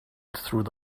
through